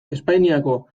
espainiako